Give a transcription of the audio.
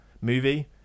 movie